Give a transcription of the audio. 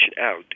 out